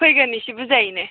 फैगोन एसे बुरजायैनो